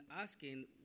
asking